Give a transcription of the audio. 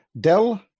Dell